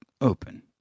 open